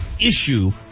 issue